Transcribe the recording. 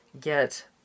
get